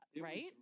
Right